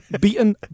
Beaten